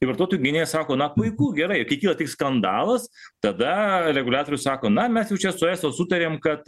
ir vartotojų gynėjas sako na puiku gerai kai kyla tik skandalas tada reguliatorius sako na mes jau čia su eso sutarėm kad